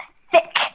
thick